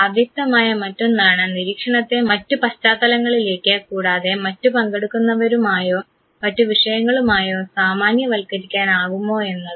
അവ്യക്തമായ മറ്റൊന്നാണ് നിരീക്ഷണത്തെ മറ്റു പശ്ചാത്തലങ്ങളിലേക്ക് കൂടാതെ മറ്റു പങ്കെടുക്കുന്നവരും ആയോ മറ്റു വിഷയങ്ങളും ആയോ സാമാന്യവൽക്കരിക്കാൻ ആകുമോ എന്നത്